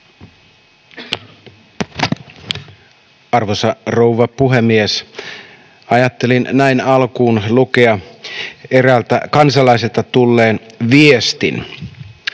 Arvoisa rouva puhemies! Ajattelin näin alkuun lukea eräältä kansalaiselta tulleen viestin: